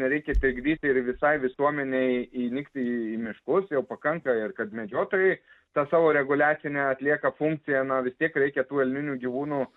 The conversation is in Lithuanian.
nereikia trikdyti ir visai visuomenei įnikti į į miškus jau pakanka ir kad medžiotojai tą savo reguliacinę atlieka funkciją na vis tiek reikia tų elninių gyvūnų